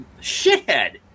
shithead